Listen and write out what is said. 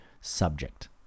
subject